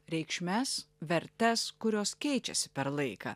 reikšmes vertes kurios keičiasi per laiką